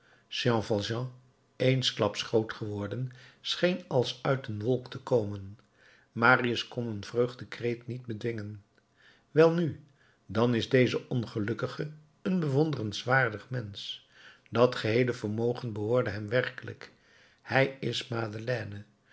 eensklaps groot geworden scheen als uit een wolk te komen marius kon een vreugdekreet niet bedwingen welnu dan is deze ongelukkige een bewonderenswaardig mensch dat geheele vermogen behoorde hem werkelijk hij is